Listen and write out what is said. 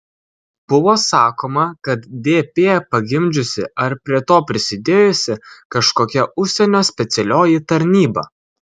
buvo sakoma kad dp pagimdžiusi ar prie to prisidėjusi kažkokia užsienio specialioji tarnyba